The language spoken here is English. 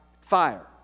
fire